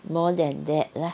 more than that lah